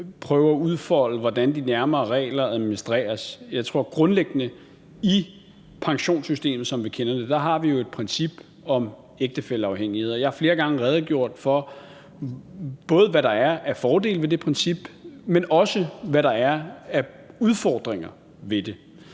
prøve at udfolde, hvordan de nærmere regler administreres. I pensionssystemet, som vi kender det, har vi jo et princip om ægtefælleafhængighed, og jeg har flere gange redegjort for, både hvad der er af fordele ved det princip, men også hvad der er af udfordringer ved det.